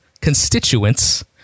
Constituents